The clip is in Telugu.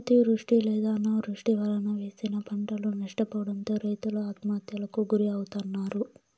అతివృష్టి లేదా అనావృష్టి వలన వేసిన పంటలు నష్టపోవడంతో రైతులు ఆత్మహత్యలకు గురి అవుతన్నారు